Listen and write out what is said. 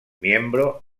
miembro